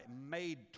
made